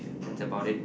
that's about it